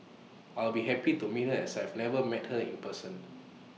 I'll be happy to meet her as I've never met her in person